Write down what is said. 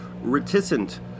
reticent